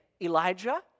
Elijah